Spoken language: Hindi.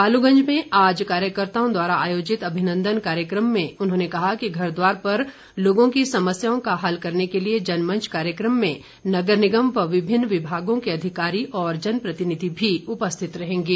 बालूगंज में आज कार्यकर्ताओं द्वारा आयोजित अभिनन्दन कार्यक्रम में उन्होंने कहा कि घरद्वार पर लोगों की समस्याओं का हल करने के लिए जनमंच कार्यक्रम में नगर निगम व विभिन्न विभागों के अधिकारी और जन प्रतिनिधि भी उपस्थित रहेंगे